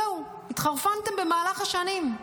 זהו, התחרפנתם במהלך השנים.